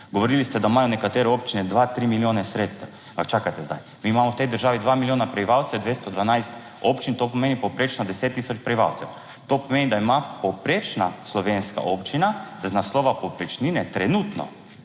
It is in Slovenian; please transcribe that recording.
Govorili ste, da imajo nekatere občine dva, tri milijone sredstev. Ampak čakajte, zdaj mi imamo v tej državi dva milijona prebivalcev, 212 občin, to pomeni povprečno 10000 prebivalcev. To pomeni, da ima povprečna slovenska občina iz naslova povprečnine trenutno